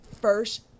first